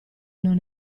non